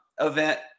event